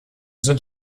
sind